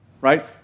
Right